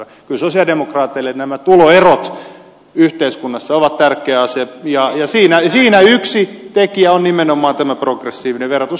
kyllä sosialidemokraateille nämä tuloerot yhteiskunnassa ovat tärkeä asia ja niissä yksi tekijä on nimenomaan tämä progressiivinen verotus